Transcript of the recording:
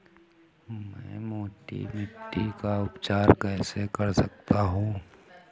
मैं मोटी मिट्टी का उपचार कैसे कर सकता हूँ?